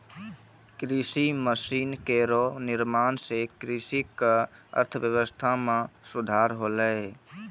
कृषि मसीन केरो निर्माण सें कृषि क अर्थव्यवस्था म सुधार होलै